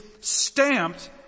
stamped